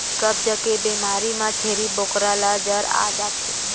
कब्ज के बेमारी म छेरी बोकरा ल जर आ जाथे